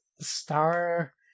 star